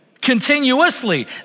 continuously